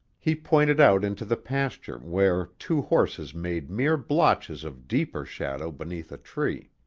he pointed out into the pasture, where two horses made mere blotches of deeper shadow beneath a tree.